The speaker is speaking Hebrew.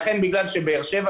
לכן, בגלל שבאר שבע